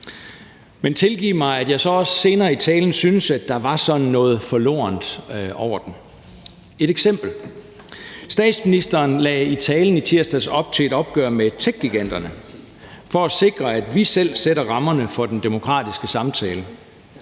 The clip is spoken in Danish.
Men tilgiv mig, at jeg så også senere i talen synes, at der var sådan noget forlorent over den. Et eksempel: Statsministeren lagde i talen i tirsdags op til et opgør med techgiganterne for at sikre, at vi selv sætter rammerne for den demokratiske samtale.